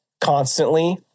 constantly